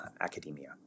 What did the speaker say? academia